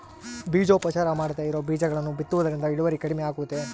ಬೇಜೋಪಚಾರ ಮಾಡದೇ ಇರೋ ಬೇಜಗಳನ್ನು ಬಿತ್ತುವುದರಿಂದ ಇಳುವರಿ ಕಡಿಮೆ ಆಗುವುದೇ?